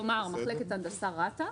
כלומר מחלקת הנדסה רת"א.